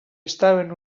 estaven